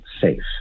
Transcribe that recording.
safe